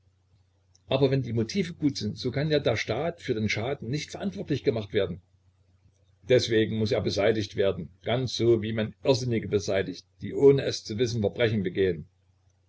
aber wenn die motive gut sind so kann ja der staat für den schaden nicht verantwortlich gemacht werden deswegen muß er beseitigt werden ganz so wie man irrsinnige beseitigt die ohne es zu wissen verbrechen begehen